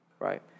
right